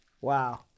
Wow